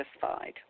Satisfied